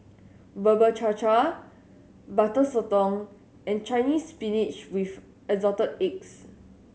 Bubur Cha Cha Butter Sotong and Chinese Spinach with Assorted Eggs